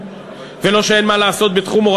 ולא שאין מה לעשות בתחום הדיור,